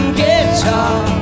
guitar